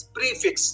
Prefix